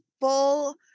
full